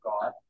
God